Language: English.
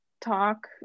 talk